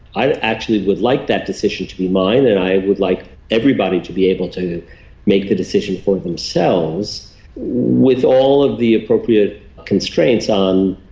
i actually would like that decision to be mine and i would like everybody to be able to make the decision for themselves with all of the appropriate constraints on,